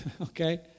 okay